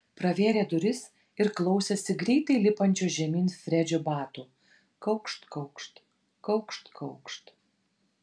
pravėrė duris ir klausėsi greitai lipančio žemyn fredžio batų kaukšt kaukšt kaukšt kaukšt